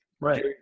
Right